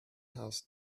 house